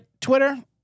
Twitter